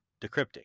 decrypting